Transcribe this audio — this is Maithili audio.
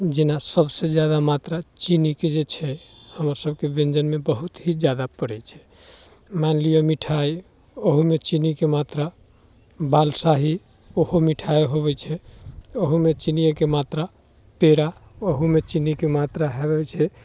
जेना सभसे जादा मात्रा चीनीके जे छै हमर सभके व्यञ्जनमे बहुत ही जादा पड़ैत छै मानि लिअ मिठाइ ओहूमे चीनीके मात्रा बालसाही ओहो मिठाइ होबैत छै ओहोमे चिनिएके मात्रा पेड़ा ओहूमे चीनीके मात्रा हे रहल छै